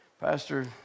Pastor